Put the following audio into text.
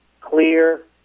clear